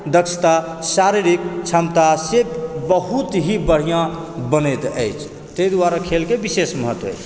दक्षता शारीरिक क्षमता से बहुत ही बढ़िआँ बनैत अछि तहि दुआरे खेलके विशेष महत्व अछि